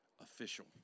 official